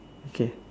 okay